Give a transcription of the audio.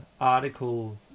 article